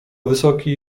wysoki